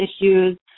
issues